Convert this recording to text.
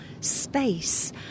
space